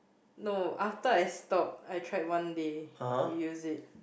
no after I stop I tried one day to use it